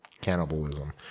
cannibalism